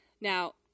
Now